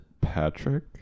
Patrick